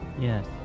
Yes